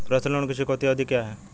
Personal loan की चुकौती अवधि क्या है?